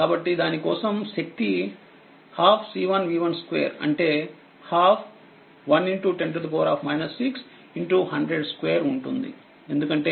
కాబట్టిదాని కోసం శక్తి 12 C1V12 అంటే 12 110 61002 ఉంటుంది ఎందుకంటేv1100వోల్ట్ అని ఇవ్వబడింది